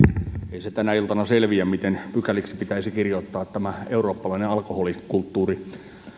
ei se tänä iltana selviä miten pykälik si pitäisi kirjoittaa tämä eurooppalainen alkoholikulttuuri